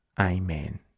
Amen